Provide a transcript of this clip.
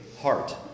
heart